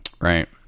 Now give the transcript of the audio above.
Right